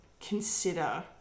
consider